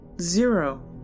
Zero